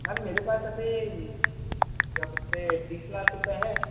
ma'am मेरे पास अभी जब से तीस लाख रुपये है